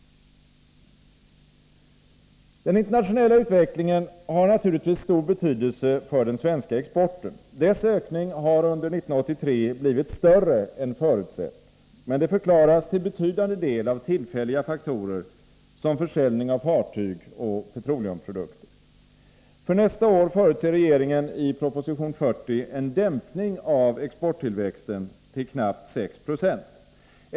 Den internationella utvecklingen har naturligtvis stor betydelse för den svenska exporten. Dess ökning har under 1983 blivit större än förutsett, men det förklaras till betydande del av tillfälliga faktorer som försäljning av fartyg och petroleumprodukter. För nästa år förutser regeringen i proposition 40 en dämpning av exporttillväxten till knappt 6 76.